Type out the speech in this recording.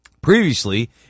Previously